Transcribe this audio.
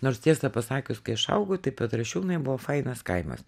nors tiesą pasakius kai aš augau tai petrašiūnai buvo fainas kaimas